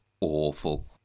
awful